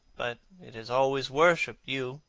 but it has always worshipped you.